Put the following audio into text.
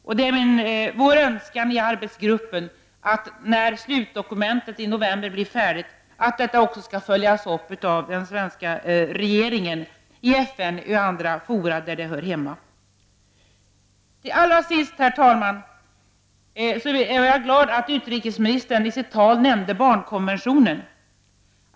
Det är vår önskan i arbetsgruppen att slutdokumentet skall följas upp av den svenska regeringen i FN och i andra fora där det hör hemma. Till allra sist, herr talman, är jag glad att utrikesministern i sitt tal nämnde barnkonventionen.